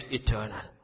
eternal